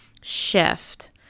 shift